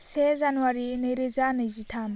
से जानुवारि नैरोजा नैजिथाम